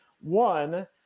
One